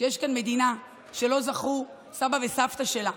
שיש כאן מדינה שלא זכו לה סבא וסבתא שלה,